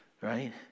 Right